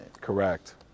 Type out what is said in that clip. Correct